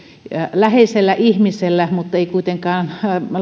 läheisellä ihmisellä mutta ei kuitenkaan